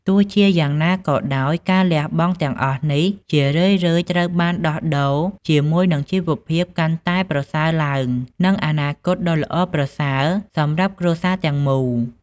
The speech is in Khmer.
ទោះជាយ៉ាងណាក៏ដោយ ការលះបង់ទាំងអស់នេះជារឿយៗត្រូវបានដោះដូរជាមួយនឹងជីវភាពកាន់តែប្រសើរឡើង និងអនាគតដ៏ល្អប្រសើរសម្រាប់គ្រួសារទាំងមូល។